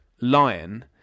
Lion